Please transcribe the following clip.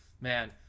man